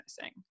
missing